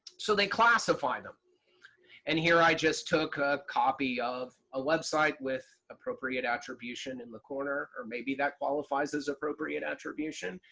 so they classify them and here i just took a copy of a website with appropriate attribution in the corner, or maybe that qualifies as appropriate attribution.